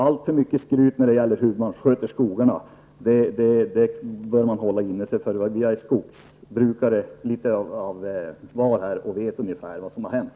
Alltför mycket skryt över hur man sköter privata skogar skall man hålla inne. Jag är litet av skogsbrukare och vet ungefär vad som har hänt.